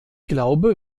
glaube